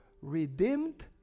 redeemed